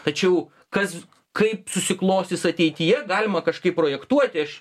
tačiau kas kaip susiklostys ateityje galima kažkaip projektuoti aš